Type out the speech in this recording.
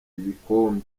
ibikombe